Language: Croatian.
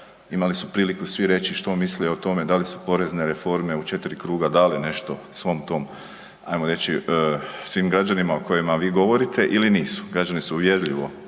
imali su priliku svi reći što misle o tome, da li su porezne reforme u četiri kruga dale nešto svom tom ajmo reći svim građanima o kojima vi govorite ili nisu. Građani su uvjerljivo,